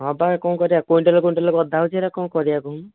ହଁ ପା କ'ଣ କରିବା କୁଇଣ୍ଟାଲ୍ କୁଇଣ୍ଟାଲ୍ ଗଦା ହେଉଛି ସେଇଟା କ'ଣ କରିବା କହୁନୁ